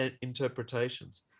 interpretations